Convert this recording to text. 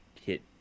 hit